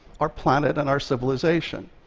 our planet and our civilization.